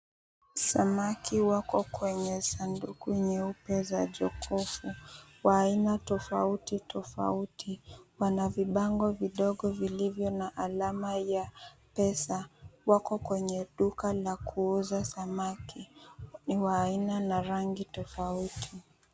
Samaki wako kwenye sanduku nyeupe za jokofu wa aina tofauti tofauti, wanavibango vidogo vilivyo na alama ya pesa. Wako kwenye duka la kuuza samaki ni waaina ya rangi tofauti.